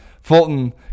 Fulton